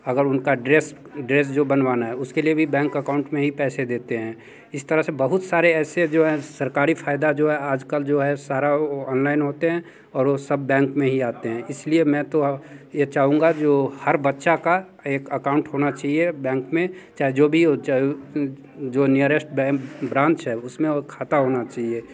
अगर उनका dress dress जो बनवाना है उसके लिए भी बैंक अकाउंट में ही पैसे देते हैं इस तरह से बहुत सारे ऐसे जो है सरकारी फ़ायदा जो है आज कल जो है सारा ऑनलाइन होते हैं और वो सब बैंक में ही आते हैं इस लिए मैं तो ये चाहूँगा जो हर बच्चे का एक अकाउंट होना चाहिए बैंक में चाहे जो भी हो जो नियरेश्ट ब्रांच है उस में वो खाता होना चाहिए